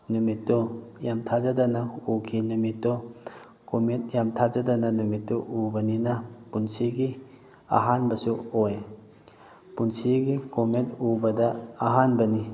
ꯅꯨꯃꯤꯠꯇꯨ ꯌꯥꯝꯅ ꯊꯥꯖꯗꯅ ꯎꯈꯤ ꯅꯨꯃꯤꯠꯇꯣ ꯀꯣꯃꯦꯠ ꯌꯥꯝꯅ ꯊꯥꯖꯗꯅ ꯅꯨꯃꯤꯠꯨ ꯎꯕꯅꯤꯅ ꯄꯨꯟꯁꯤꯒꯤ ꯑꯍꯥꯟꯕꯁꯨ ꯑꯣꯏ ꯄꯨꯟꯁꯤꯒꯤ ꯀꯣꯃꯦꯠ ꯎꯕꯗ ꯑꯍꯥꯟꯕꯅꯤ